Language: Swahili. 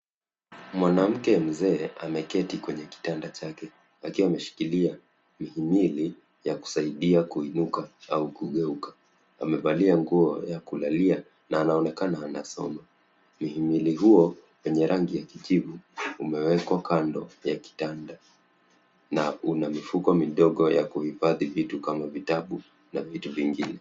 Mwanamke mzee ameketi kwenye kitanda chake akiwa ameshikilia mhimili ya kusaidia kuinuka au kugeuka. Amevalia nguo ya kulalia na anaonekana ansoma. Mhimili huo, yenye rangi ya kijivu, umewekwa kando ya kitanda na una mifuko midogo ya kuhifadhi vitu kama vitabu na vitu vingine.